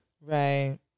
Right